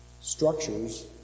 structures